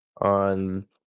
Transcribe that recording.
on